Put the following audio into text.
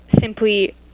simply